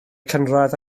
cynradd